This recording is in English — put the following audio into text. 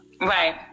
Right